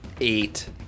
Eight